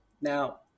now